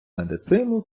медицину